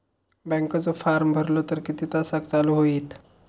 बँकेचो फार्म भरलो तर किती तासाक चालू होईत?